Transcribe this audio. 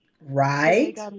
right